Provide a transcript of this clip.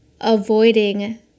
avoiding